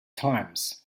times